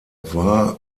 war